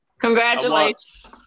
Congratulations